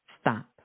stop